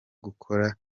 gukora